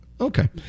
Okay